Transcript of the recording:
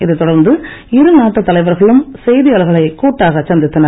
இதை தொடர்ந்து இரு நாட்டு தலைவர்களும் செய்தியாளர்களை கூட்டாக சந்தித்தனர்